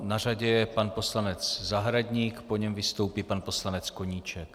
Na řadě je pan poslanec Zahradník, po něm vystoupí pan poslanec Koníček.